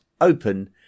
open